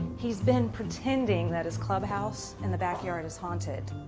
he's been pretending that his club house, in the back yard, is haunted.